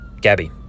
Gabby